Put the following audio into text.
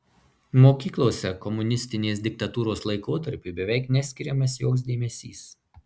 mokyklose komunistinės diktatūros laikotarpiui beveik neskiriamas joks dėmesys